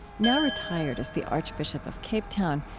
now retired as the archbishop of cape town,